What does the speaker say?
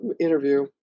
interview